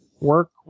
work